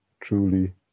truly